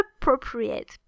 appropriate